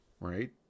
right